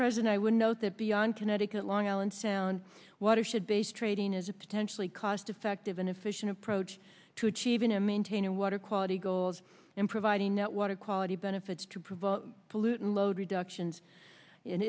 president i would note that beyond connecticut long island sound watershed based trading is a potentially cost effective and efficient approach to achieving in maintaining water quality goals and providing that water quality benefits to provoke a pollutant load reductions